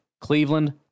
cleveland